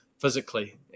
physically